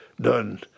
done